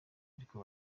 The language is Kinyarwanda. ariko